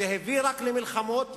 זה הביא רק למלחמות,